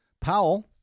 Powell